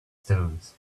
stones